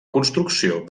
construcció